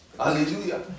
Hallelujah